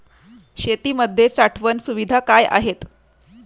शेतीमध्ये साठवण सुविधा काय आहेत?